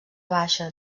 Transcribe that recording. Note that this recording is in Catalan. baixa